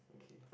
okay